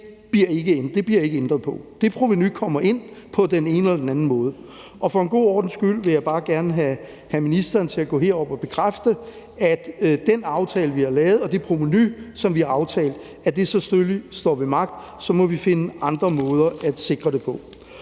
ikke bliver ændret på det provenu. Det provenu kommer ind på den ene eller den anden måde. For en god ordens skyld vil jeg bare gerne have ministeren til at gå herop og bekræfte, at den aftale, vi har lavet, og det provenu, som vi har aftalt, selvfølgelig står ved magt. Så må vi finde andre måder at sikre det på.